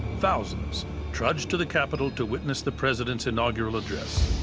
thousands trudged to the capitol to witness the president's inaugural address.